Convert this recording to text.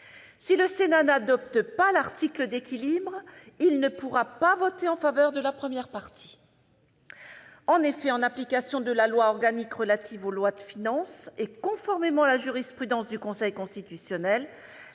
Si le Sénat n'adopte pas l'article d'équilibre, il ne pourra pas voter en faveur de la première partie. En effet, en application de la loi organique relative aux lois de finances, et conformément à la jurisprudence du Conseil constitutionnel,